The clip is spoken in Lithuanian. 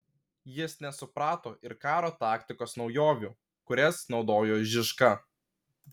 jis nesuprato ir karo taktikos naujovių kurias naudojo žižka